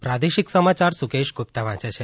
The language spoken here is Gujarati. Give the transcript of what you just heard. પ્રાદેશિક સમાચાર સુકેશ ગુપ્તી વાંચ છે